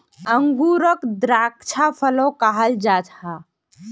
अन्गूरोक द्राक्षा फलो कहाल जाहा